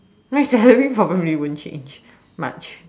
my salary probably won't change much